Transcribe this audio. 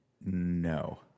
No